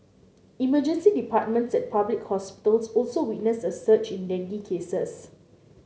emergency departments at public hospitals also witnessed a surge in dengue cases